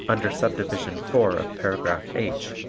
under subdivision four of paragraph h,